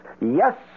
Yes